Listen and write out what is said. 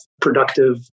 productive